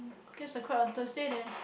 okay so a crack Thursday then